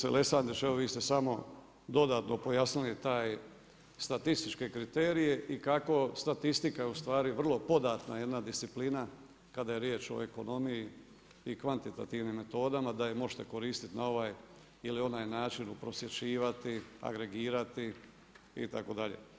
Pa kolegice Lesandić, evo vi ste samo dodatno pojasnili taj statističke kriterije i kako statistika ustvari vrlo podatna jedna disciplina kada je riječ o ekonomiji i kvantitativnim metodama, da ju možete koristiti na ovaj ili naj način, prosvjećivati, agregirati itd.